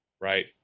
Right